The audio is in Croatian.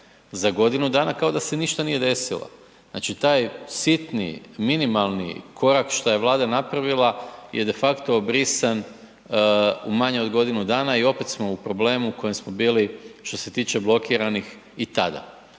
Za godinu dana kao da se ništa nije desilo, znači taj sitni, minimalni korak šta je Vlada napravila je defakto obrisan u manje od godinu dana i opet smo u problemu u kojem smo bili što se tiče blokiranih i tada.